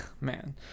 man